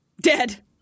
dead